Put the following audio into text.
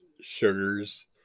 sugars